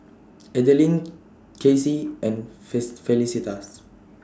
Adaline Kasey and Felicitas